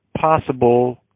possible